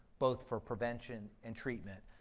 both for prevention and treatment,